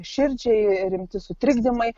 širdžiai rimti sutrikdymai